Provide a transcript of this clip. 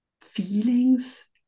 feelings